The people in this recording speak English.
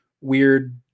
weird